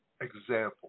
example